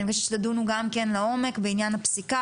אני מבקשת שתדונו גם כן לעומק בעניין הפסיקה